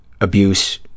abuse